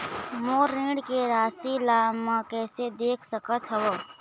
मोर ऋण के राशि ला म कैसे देख सकत हव?